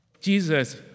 Jesus